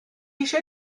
eisiau